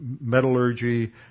metallurgy